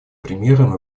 примером